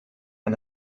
and